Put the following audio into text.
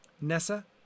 Nessa